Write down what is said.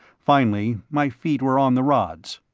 finally my feet were on the rods.